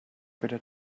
better